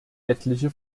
etliche